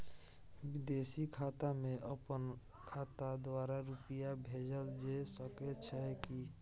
विदेशी खाता में अपन खाता द्वारा रुपिया भेजल जे सके छै की?